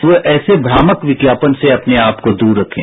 तो ऐसे भ्रामक विज्ञापन से अपने आपको दूर रखें